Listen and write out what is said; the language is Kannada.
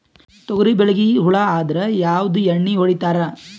ತೊಗರಿಬೇಳಿಗಿ ಹುಳ ಆದರ ಯಾವದ ಎಣ್ಣಿ ಹೊಡಿತ್ತಾರ?